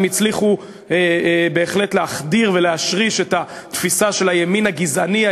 הם הצליחו בהחלט להחדיר ולהשריש את התפיסה של הימין הגזעני,